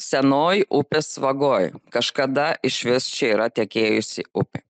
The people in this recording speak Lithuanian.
senoj upės vagoj kažkada išvis čia yra tekėjusi upė